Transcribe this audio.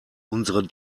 unsere